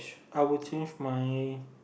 I would change my